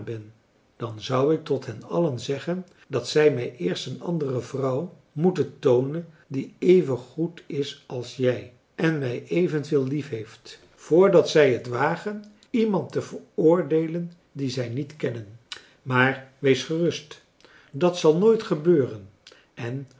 dan zou ik tot hen allen zeggen dat zij mij eerst marcellus emants een drietal novellen een andere vrouw moeten toonen die even goed is als jij en mij evenveel liefheeft voordat zij t wagen iemand te veroordeelen die zij niet kennen maar wees gerust dat zal nooit gebeuren en